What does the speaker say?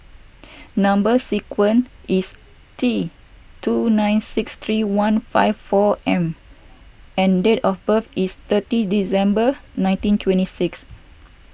Number Sequence is T two nine six three one five four M and date of birth is thirty December nineteen twenty six